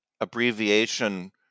abbreviation